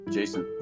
Jason